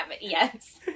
Yes